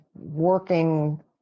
working